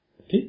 Okay